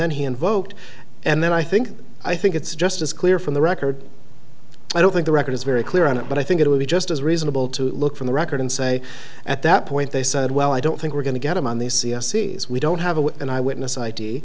then he invoked and then i think i think it's just as clear from the record i don't think the record is very clear on it but i think it would be just as reasonable to look from the record and say at that point they said well i don't think we're going to get him on the seas we don't have an eyewitness i